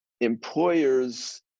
employers